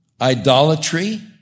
idolatry